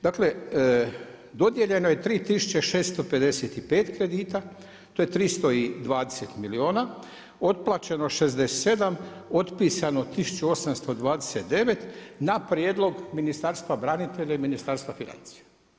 Dakle dodijeljeno je 3655 kredita, to je 320 milijuna, otplaćeno 67, otpisano 1829 na prijedlog Ministarstva branitelja i Ministarstva financija.